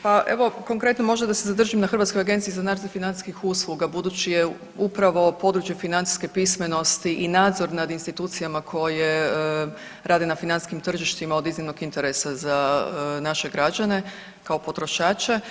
Pa evo konkretno možda da se zadržim na Hrvatskoj agenciji za nadzor financijskih usluga budući je upravo područje financijske pismenosti i nadzor nad institucijama koje rade na financijskim tržištima od iznimnog interesa za naše građane kao potrošače.